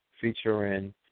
featuring